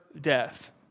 death